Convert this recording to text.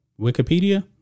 Wikipedia